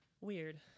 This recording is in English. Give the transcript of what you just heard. Weird